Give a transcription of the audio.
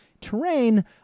terrain